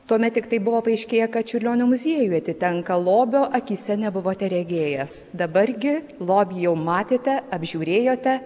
tuomet tiktai buvo paaiškėję kad čiurlionio muziejui atitenka lobio akyse nebuvote regėjęs dabar gi lobį jau matėte apžiūrėjote